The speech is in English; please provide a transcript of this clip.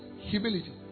humility